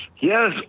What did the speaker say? Yes